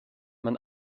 man